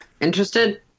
Interested